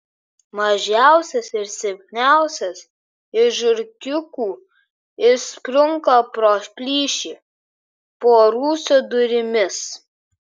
mažiausias ir silpniausias iš žiurkiukų išsprunka pro plyšį po rūsio durimis